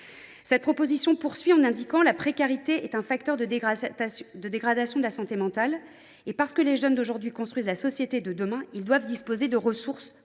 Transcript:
présente proposition de résolution soulignent que la précarité est un facteur de dégradation de la santé mentale. Parce que les jeunes d’aujourd’hui construisent la société de demain, ils doivent disposer de ressources pour pouvoir